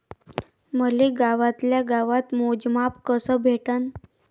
मले गावातल्या गावात मोजमाप कस भेटन?